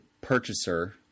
purchaser